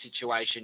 situation